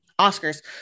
oscars